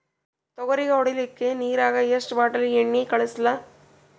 ತೊಗರಿಗ ಹೊಡಿಲಿಕ್ಕಿ ನಿರಾಗ ಎಷ್ಟ ಬಾಟಲಿ ಎಣ್ಣಿ ಕಳಸಲಿ?